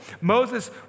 Moses